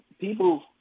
people